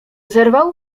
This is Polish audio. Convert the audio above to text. zerwał